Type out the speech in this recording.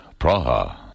Praha